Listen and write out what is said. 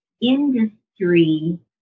industry